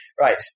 Right